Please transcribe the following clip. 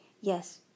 Yes